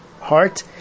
heart